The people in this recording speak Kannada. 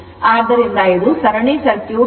ಆದ್ದರಿಂದ ಇದು ಸರಣಿ ಸರ್ಕ್ಯೂಟ್ ಆಗಿದೆ